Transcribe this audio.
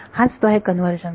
हाच तो आहे कन्वर्जन्स